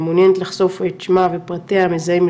המעוניינת לחשוף את שמה ופרטיה המזהים,